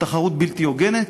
תחרות בלתי הוגנת?